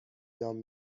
دام